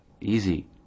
easy